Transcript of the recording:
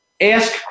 Ask